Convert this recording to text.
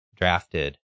drafted